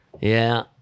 Yeah